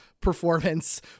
performance